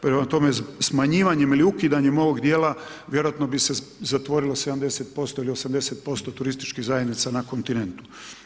Prema tome, smanjivanje ili ukidanje ovog dijela vjerojatno bi se zatvorilo 70% ili 80% turističkih zajednica na kontinentu.